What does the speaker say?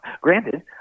granted